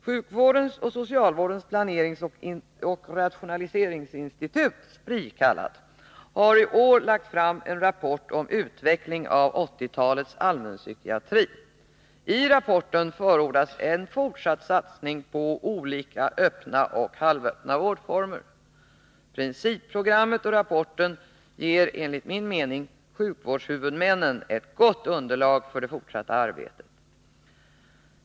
Sjukvårdens och socialvårdens planeringsoch rationaliseringsinstitut har i år lagt fram en rapport om utveckling av 1980-talets allmänpsykiatri. I rapporten förordas en fortsatt satsning på olika öppna och halvöppna vårdformer. Principprogrammet och rapporten ger enligt min mening sjukvårdshuvudmännen ett gott underlag för det fortsatta arbetet inom detta område.